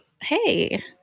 Hey